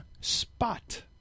Spot